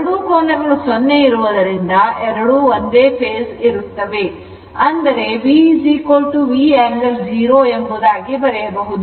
2 ಕೋನಗಳು 0 ಇರುವುದರಿಂದ ಎರಡು ಒಂದೇ phase ಇರುತ್ತವೆ ಅಂದರೆ V V angle 0 ಎಂಬುದಾಗಿ ಬರೆಯಬಹುದು